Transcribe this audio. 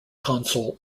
console